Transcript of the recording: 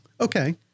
Okay